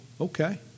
okay